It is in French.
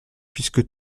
puisque